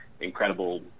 incredible